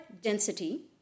density